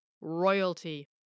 Royalty